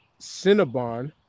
cinnabon